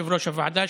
יושב-ראש הוועדה,